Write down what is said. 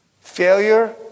failure